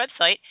website